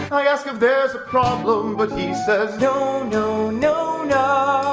i ask if there's a problem, but he says no, no, no, no.